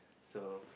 so